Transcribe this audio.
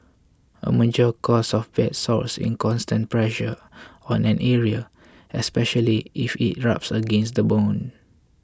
a major cause of bed sores is constant pressure on an area especially if it rubs against the bone